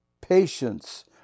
patience